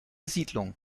siedlung